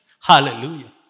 Hallelujah